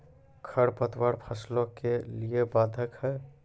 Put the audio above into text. खडपतवार फसलों के लिए बाधक हैं?